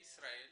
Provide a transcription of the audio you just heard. בישראל,